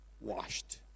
washed